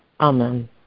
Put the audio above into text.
Amen